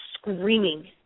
screaming